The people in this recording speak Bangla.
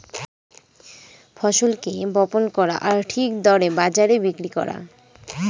ফসলকে বপন করা আর ঠিক দরে বাজারে বিক্রি করা